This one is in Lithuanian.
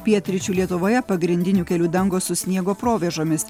pietryčių lietuvoje pagrindinių kelių dangos su sniego provėžomis